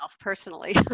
personally